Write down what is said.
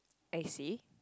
I see